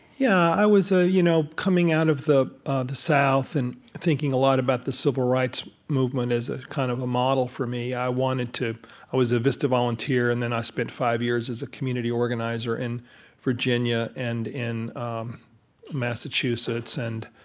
yeah. i was you know coming out of the the south and thinking a lot about the civil rights movement as a kind of a model for me. i wanted to i was a vista volunteer, and then i spent five years as a community organizer in virginia and in um massachusetts. and,